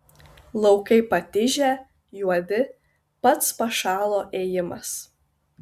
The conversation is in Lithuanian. laukai patižę juodi pats pašalo ėjimas